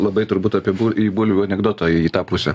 labai turbūt apie bu į bulvių anekdoto į tą pusę